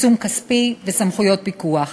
עיצום כספי וסמכויות פיקוח).